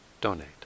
donate